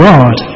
God